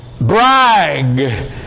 brag